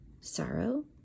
sorrow